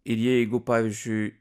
ir jeigu pavyzdžiui